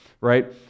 right